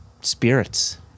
spirits